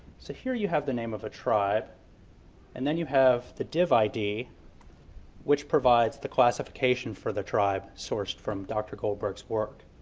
so here you have the name of a tribe and then you have the div id which provides the classification for the tribe source from dr. golderberg's work.